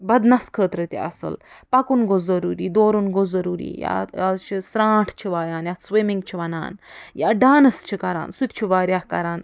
بدنَس خٲطرٕ تہِ اصٕل پکُن گوٚژھ ضروری دورُن گوٚژھ ضروری آز چھِ سرٛانٛٹھ چھِ وایان یتھ سُوِمِنٛگ چھِ ونان یا ڈانَس چھِ کران سُہ تہِ چھُ واریاہ کران